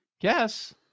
guess